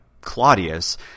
Claudius